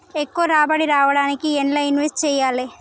ఎక్కువ రాబడి రావడానికి ఎండ్ల ఇన్వెస్ట్ చేయాలే?